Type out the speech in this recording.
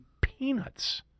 peanuts